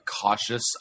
cautious